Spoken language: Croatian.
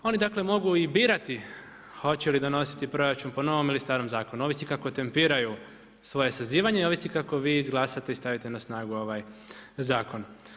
Oni dakle mogu i birati hoće li donositi proračun po novom ili starom zakonu, ovisi kako tempiraju svoje sazivanje i ovisi kako vi izglasate i stavite na snagu ovaj zakon.